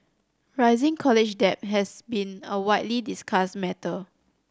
rising college debt has been a widely discussed matter